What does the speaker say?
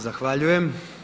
Zahvaljujem.